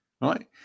right